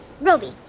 Roby